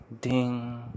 Ding